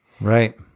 Right